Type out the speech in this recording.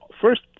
First